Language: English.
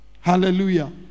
Hallelujah